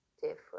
different